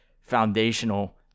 foundational